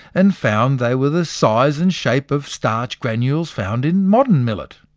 and found they were the size and shape of starch granules found in modern millet.